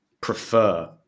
prefer